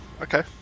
okay